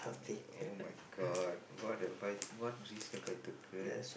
uh !oh-my-God! what have I what risk have I taken